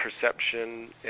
perception